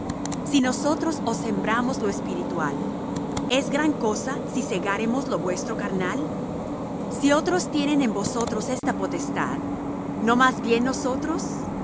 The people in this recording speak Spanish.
si nosotros os sembramos lo espiritual es gran cosa si segáremos lo vuestro carnal si otros tienen en vosotros esta potestad no más bien nosotros